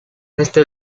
este